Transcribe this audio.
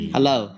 Hello